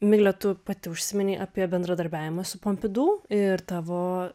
migle tu pati užsiminei apie bendradarbiavimą su pompidu ir tavo